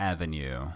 Avenue